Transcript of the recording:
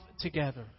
together